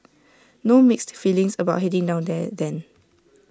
no mixed feelings about heading down there then